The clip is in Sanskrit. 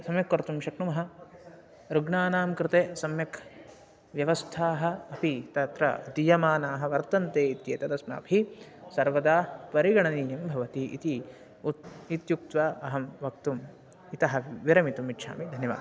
सम्यक् कर्तुं शक्नुमः रुग्णानां कृते सम्यक् व्यवस्थाः अपि तत्र दीयमानाः वर्तन्ते इत्येतत् अस्माभिः सर्वदा परिगणनीयं भवति इति उत इत्युक्त्वा अहं वक्तुम् इतः विरमितुम् इच्छामि धन्यवादः